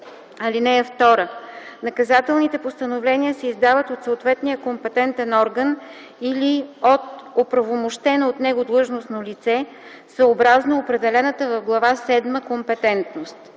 115. (2) Наказателните постановления се издават от съответния компетентен орган или от оправомощено от него длъжностно лице съобразно определената в Глава седма компетентност.